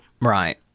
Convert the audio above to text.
Right